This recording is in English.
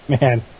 Man